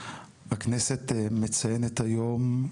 הכנסת מציינת היום,